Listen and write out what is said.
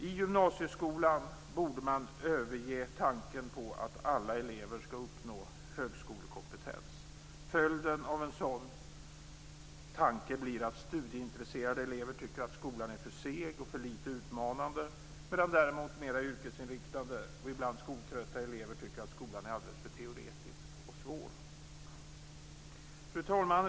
I gymnasieskolan borde man överge tanken på att alla elever skall uppnå högskolekompetens. Följden av en sådan tanke blir att studieintresserade elever tycker att skolan är för seg och för lite utmanande, medan däremot mera yrkesinriktade och ibland skoltrötta elever tycker att skolan är alldeles för teoretisk och svår. Fru talman!